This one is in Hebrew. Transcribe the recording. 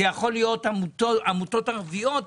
זה יכול להיות עמותות ערביות.